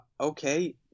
Okay